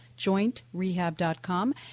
jointrehab.com